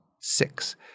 Six